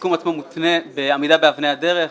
הסיכום עצמו מותנה בעמידה באבני הדרך.